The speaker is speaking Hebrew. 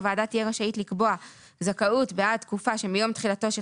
הוועדה תהיה רשאית לקבוע זכאות בעד תקופה שמיום תחילתו של